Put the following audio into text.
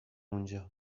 اونجا